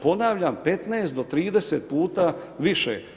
Ponavljam, 15 do 30 puta više.